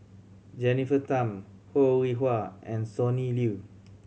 Jennifer Tham Ho Rih Hwa and Sonny Liew